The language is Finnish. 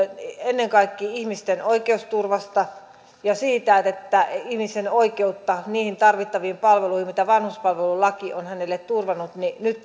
ennen kaikkea ihmisten oikeusturvasta ja siitä että ihmisen oikeutta niihin tarvittaviin palveluihin mitä vanhuspalvelulaki on hänelle turvannut nyt